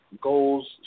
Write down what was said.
goals